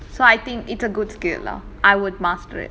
so I think it's a good skill lah I would master it